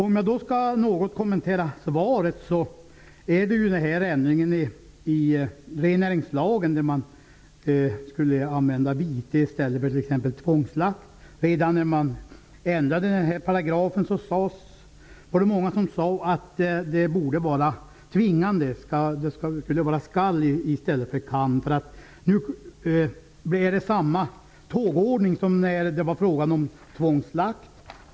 Låt mig så något kommentera svaret. Ändringen i rennäringslagen innebar att man skulle använda vite i stället för exempelvis tvångsslakt. Redan när paragrafen ändrades var det många som sade att lagen borde vara tvingande, att det borde stå ''skall'' i stället för ''kan''. Nu blir tågordningen densamma som när det var fråga om tvångsslakt.